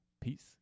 peace